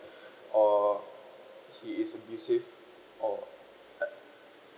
or he is abusive or uh